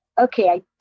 okay